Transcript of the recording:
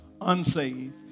unsaved